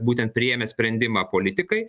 būtent priėmę sprendimą politikai